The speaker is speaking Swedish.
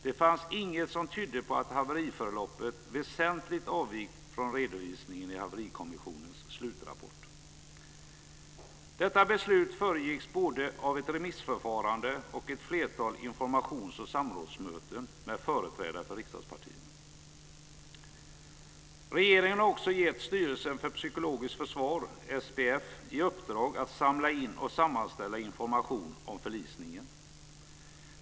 Det fanns inget som tydde på att haveriförloppet väsentligt avvikit från redovisningen i haverikommissionens slutrapport. Detta beslut föregicks både av ett remissförfarande och ett flertal informations och samrådsmöten med företrädare för riksdagspartierna. Regeringen har också gett Styrelsen för psykologiskt försvar, SPF, i uppdrag att samla in och sammanställa information om förlisningen.